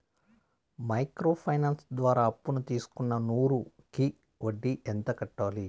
Micro finance ద్వారా అప్పును తీసుకున్న నూరు కి వడ్డీ ఎంత కట్టాలి?